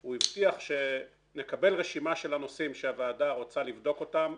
הוא הבטיח שנקבל רשימה של הנושאים שהוועדה רוצה לבדוק אותם,